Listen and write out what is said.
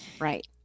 Right